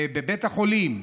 בבית החולים,